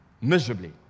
miserably